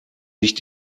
nicht